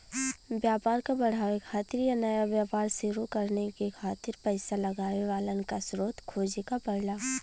व्यापार क बढ़ावे खातिर या नया व्यापार शुरू करे खातिर पइसा लगावे वालन क स्रोत खोजे क पड़ला